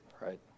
right